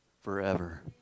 forever